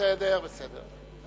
בסדר, בסדר.